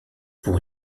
pour